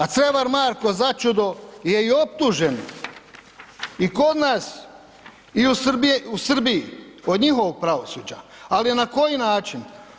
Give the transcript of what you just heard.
A Crevar Marko začudo je i optužen i kod nas i u Srbiji, od njihovog pravosuđa, ali na koji način?